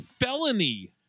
Felony